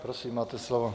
Prosím, máte slovo.